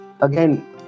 again